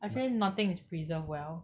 actually nothing is preserved well